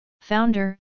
Founder